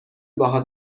باهات